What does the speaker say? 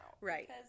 Right